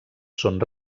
són